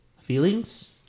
Feelings